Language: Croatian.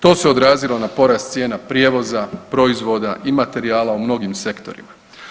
To se odrazilo na porast cijena prijevoza, proizvoda i materijala u mnogim sektorima.